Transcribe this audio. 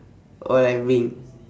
all I bring